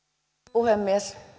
puhemies